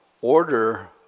order